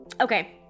Okay